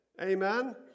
Amen